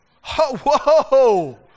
whoa